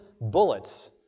bullets